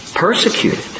Persecuted